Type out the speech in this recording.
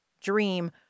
dream